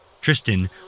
Tristan